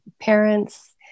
parents